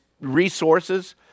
resources